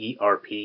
ERP